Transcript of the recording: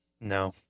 No